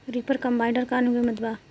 Reaper combiner का किमत बा?